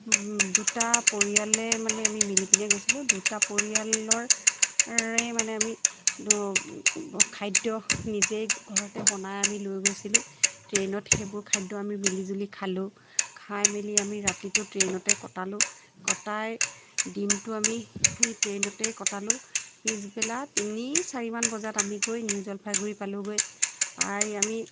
দুটা পৰিয়ালে মানে আমি মিলি পিনে গৈছিলোঁ দুটা পৰিয়ালৰে মানে আমি খাদ্য নিজে ঘৰতে বনাই আমি লৈ গৈছিলোঁ ট্ৰেইনত সেইবোৰ খাদ্য আমি মিলিজুলি খালোঁ খাই মেলি আমি ৰাতিটো ট্ৰেইনতে কটালোঁ কটাই দিনটো আমি ট্ৰেইনতেই কটালোঁ পিছবেলা তিনি চাৰিমান বজাত আমি গৈ নিউ জলপাইগুড়ি পালোঁগৈ পাই আমি